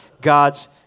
God's